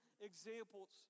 examples